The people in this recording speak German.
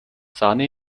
sahne